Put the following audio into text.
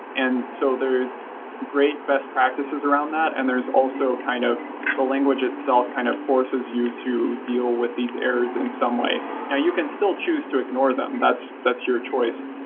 and so there's great best practices around that and there's also kind of the language itself kind of forces you to deal with these errors in some way. yeah you can still choose to ignore them, that's that's your choice,